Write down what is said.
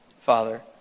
Father